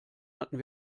hatten